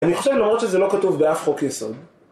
אני חושב למרות שזה לא כתוב באף חוק יסוד